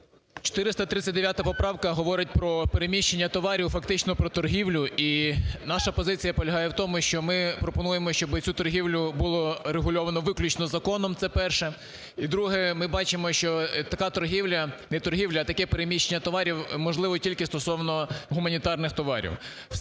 439 поправка говорить про переміщення товарів і фактично про торгівлю. І наша позиція полягає в тому, що ми пропонуємо, щоб цю торгівлю було регульовано виключно законом. Це перше. І друге. Ми бачимо, що така торгівля, не торгівля, а таке переміщення товарів можливо тільки стосовно гуманітарних товарів.